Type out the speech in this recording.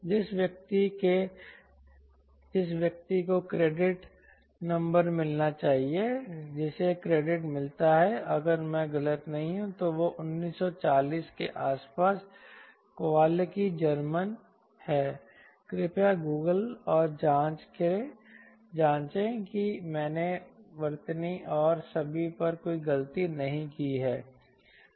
जिस व्यक्ति को क्रेडिट नंबर मिलना चाहिए जिसे क्रेडिट मिलता है अगर मैं गलत नहीं हूं तो 1940 के आसपास कवालकी जर्मन है कृपया गूगल और जांचें कि मैंने वर्तनी और सभी पर कोई गलती नहीं की है